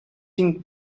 been